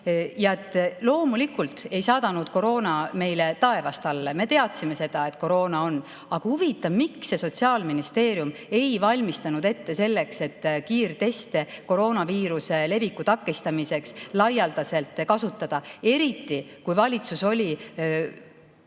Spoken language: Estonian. otsusega. Loomulikult ei sadanud koroona meile taevast alla, me teadsime seda, et koroona on. Aga huvitav, miks Sotsiaalministeerium ei valmistunud selleks, et kiirteste koroonaviiruse leviku takistamiseks laialdaselt kasutada, eriti kui valitsus oli